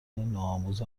نوآموز